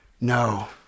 No